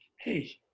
hey